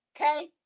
Okay